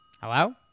Hello